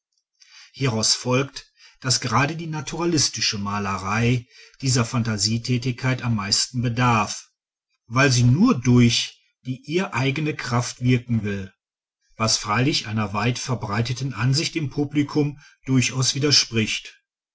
hieraus folgt daß gerade die naturalistische malerei dieser phantasietätigkeit am meisten bedarf weil sie nur durch die ihr eigene kraft wirken will was freilich einer weit verbreiteten ansicht im publikum durchaus widerspricht